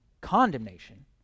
condemnation